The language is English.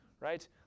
right